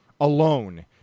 alone